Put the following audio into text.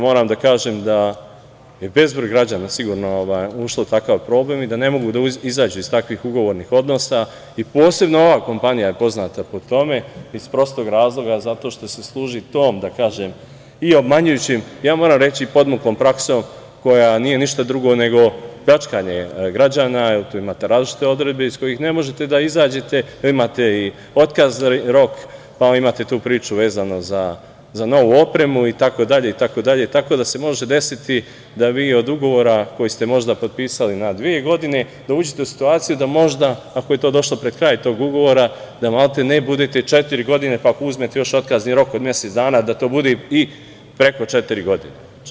Moram da kažem da je bezbroj građana sigurno ušlo u takav problem i da ne mogu da izađu iz takvih ugovornih odnosa i posebno ova kompanija je poznata po tome, iz prostog razloga zato što se služi tom, da kažem, i obmanjujućom i ja moram reći i podmuklom praksom, koja nije ništa drugo nego pljačkanje građana, jer tu imate različite odredbe iz kojih ne možete da izađete, imate i otkazni rok, pa imate tu priču vezano za novu opremu itd, tako da se može desiti da vi od ugovora koji ste možda potpisali na dve godine, dođete u situaciju da možda, ako je to došlo pred kraj tog ugovora, da maltene budete četiri godine, pa ako uzmete još otkazni rok od mesec dana, da to bude i preko četiri godine.